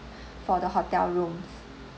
for the hotel rooms